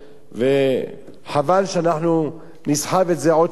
חבל שאנחנו נסחב את זה עוד שנים רבות,